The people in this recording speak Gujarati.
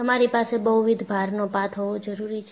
તમારી પાસે બહુવિધ ભારનો પાથ હોવો જરૂરી છે